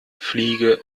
fliege